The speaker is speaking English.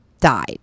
died